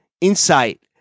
insight